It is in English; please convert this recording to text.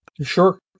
Sure